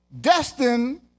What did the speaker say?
destined